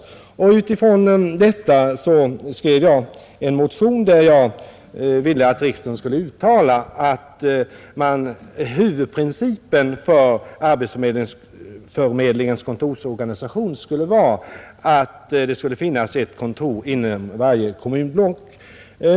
Med denna utgångspunkt skrev jag en motion där jag föreslog att riksdagen skulle uttala att huvudprincipen för arbetsförmedlingens kontorsorganisation skulle vara att det skulle finnas ett kontor inom varje kommunblock.